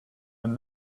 and